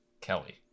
Kelly